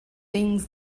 things